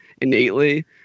innately